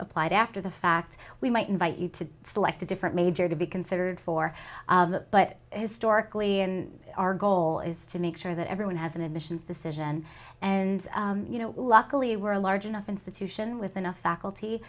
applied after the fact we might invite you to select a different major to be considered for but historically and our goal is to make sure that everyone has an admissions decision and you know luckily we're a large enough institution with enough faculty